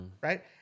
Right